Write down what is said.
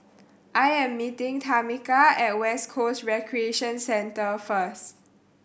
I am meeting Tamika at West Coast Recreation Centre first